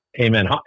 Amen